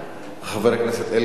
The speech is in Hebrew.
חבר הכנסת אלקין?